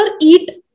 eat